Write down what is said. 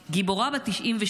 גיבורה בת 97,